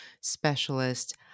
specialist